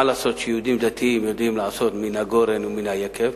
מה לעשות שיהודים דתיים יודעים לעשות מן הגורן ומן היקב.